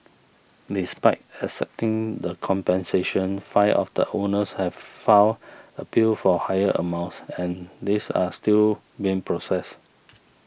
despite accepting the compensation five of the owners have filed appeals for higher amounts and these are still being processed